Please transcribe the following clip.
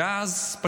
ואז,